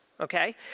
okay